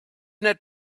net